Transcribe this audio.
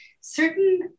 certain